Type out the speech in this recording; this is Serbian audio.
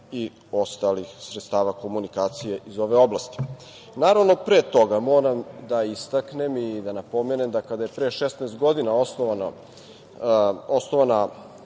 i ostalih sredstava komunikacije iz ove oblasti. Naravno, pre toga moram da istaknem i da napomenem da kada je pre 16 godina osnovana